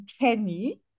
Kenny